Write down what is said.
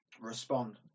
respond